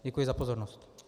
Děkuji za pozornost.